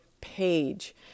page